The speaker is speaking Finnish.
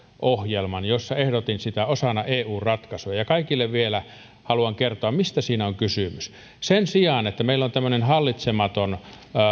ohjelman jossa ehdotin sitä osana eun ratkaisua ja kaikille vielä haluan kertoa mistä siinä on kysymys sen sijaan että meillä on tämmöinen hallitsematon